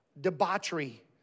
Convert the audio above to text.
debauchery